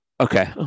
Okay